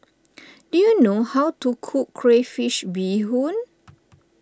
do you know how to cook Crayfish BeeHoon